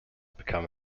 become